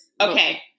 Okay